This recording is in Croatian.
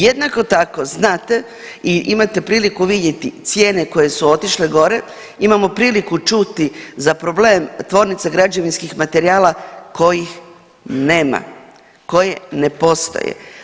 Jednako tako znate i imate priliku vidjeti cijene koje su otišle gore, imamo priliku čuti za problem Tvornice građevinskih materijala kojih nema, koje ne postoje.